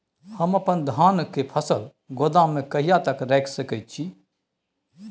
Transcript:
हम अपन धान के फसल गोदाम में कहिया तक रख सकैय छी?